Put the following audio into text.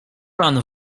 pan